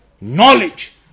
Knowledge